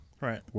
Right